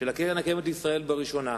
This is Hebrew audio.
של קרן קיימת לישראל בראשונה,